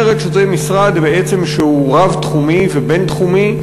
אומרת שזה משרד שהוא רב-תחומי ובין-תחומי,